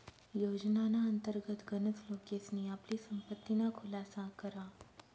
योजनाना अंतर्गत गनच लोकेसनी आपली संपत्तीना खुलासा करा